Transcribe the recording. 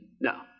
no